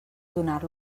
donar